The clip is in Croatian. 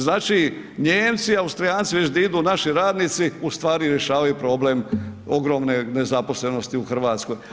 Znači Nijemci i Austrijanci vidiš di idu naši radnici ustvari rješavaju problem ogromne nezaposlenosti u Hrvatskoj.